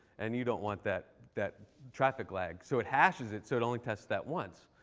and you don't want that that traffic lag. so it hashes it. so it only tests that once.